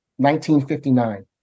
1959